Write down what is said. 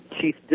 chief